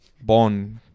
Bond